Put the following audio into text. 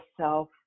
self